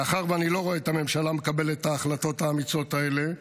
מאחר שאני לא רואה את הממשלה מקבלת את ההחלטות האמיצות האלה,